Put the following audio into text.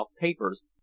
papers